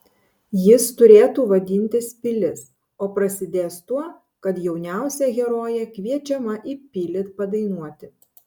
jis turėtų vadintis pilis o prasidės tuo kad jauniausia herojė kviečiama į pilį padainuoti